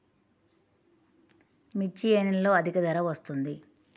మిర్చి ఏ నెలలో అధిక ధర వస్తుంది?